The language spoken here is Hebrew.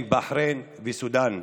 עם בחריין ועם סודאן,